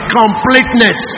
completeness